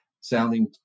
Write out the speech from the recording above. sounding